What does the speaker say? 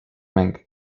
mäng